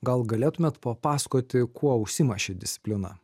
gal galėtumėt papasakoti kuo užsiima ši disciplina